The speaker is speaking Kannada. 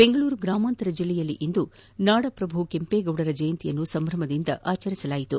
ಬೆಂಗಳೂರು ಗ್ರಾಮಾಂತರ ಜಿಲ್ಲೆಯಲ್ಲಿಂದು ನಾಡಪ್ರಭು ಕೆಂಪೇಗೌಡರ ಜಯಂತಿಯನ್ನು ಸಂಭ್ರಮದಿಂದ ಆಚರಿಸಲಾಯಿತು